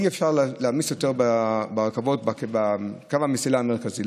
אי-אפשר יותר מזה להעמיס בקו המסילה המרכזי.